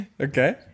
okay